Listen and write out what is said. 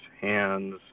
hands